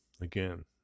Again